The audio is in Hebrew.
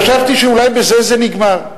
חשבתי שאולי בזה זה נגמר,